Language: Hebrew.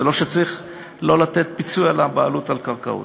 זה לא שצריך לא לתת פיצוי על הבעלות על הקרקעות,